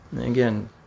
again